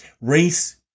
Race